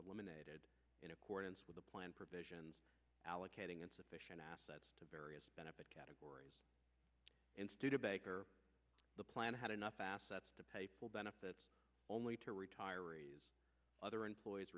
eliminated in accordance with the plan provisions allocating insufficient assets to various benefit categories in studebaker the plan had enough assets to pay full benefits only to retirees other employ